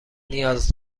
نیاز